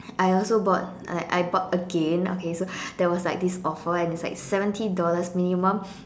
I also bought like I bought again okay so there was like this offer and it's like seventy dollars minimum